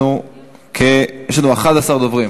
יש לנו 11 דוברים.